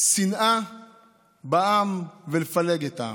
שנאה בעם ולפלג את העם.